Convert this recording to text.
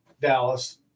Dallas